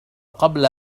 قبل